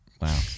wow